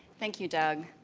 thank you, doug.